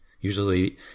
Usually